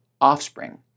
offspring